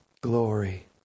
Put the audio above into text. glory